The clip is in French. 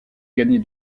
gagner